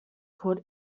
called